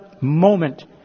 moment